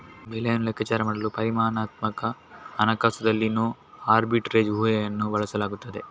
ಬೆಲೆಯನ್ನು ಲೆಕ್ಕಾಚಾರ ಮಾಡಲು ಪರಿಮಾಣಾತ್ಮಕ ಹಣಕಾಸುದಲ್ಲಿನೋ ಆರ್ಬಿಟ್ರೇಜ್ ಊಹೆಯನ್ನು ಬಳಸಲಾಗುತ್ತದೆ